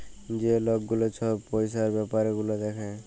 যে লক গুলা ছব পইসার ব্যাপার গুলা দ্যাখে